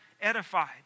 edified